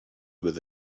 with